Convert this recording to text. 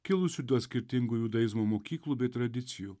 kilusių dėl skirtingų judaizmo mokyklų bei tradicijų